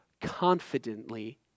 confidently